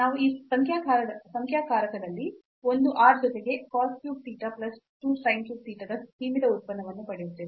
ನಾವು ಈ ಸಂಖ್ಯಾಕಾರಕದಲ್ಲಿ ಒಂದು r ಜೊತೆಗೆ cos cube theta plus 2 sin cube theta ದ ಸೀಮಿತ ಉತ್ಪನ್ನವನ್ನು ಪಡೆಯುತ್ತೇವೆ